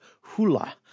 Hula